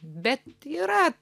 bet yra